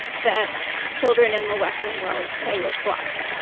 that children in the western world play with blocks.